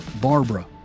Barbara